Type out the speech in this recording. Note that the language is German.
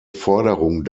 forderung